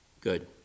Good